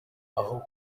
aho